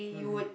mmhmm